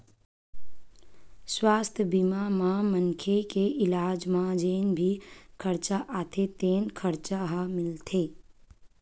सुवास्थ बीमा म मनखे के इलाज म जेन भी खरचा आथे तेन खरचा ह मिलथे